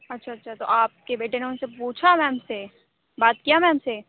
اچھا اچھا تو آپ کے بیٹے نے ان سے پوچھا میم سے بات کیا میم سے